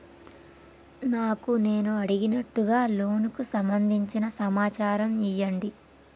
నాకు నేను అడిగినట్టుగా లోనుకు సంబందించిన సమాచారం ఇయ్యండి?